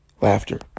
laughter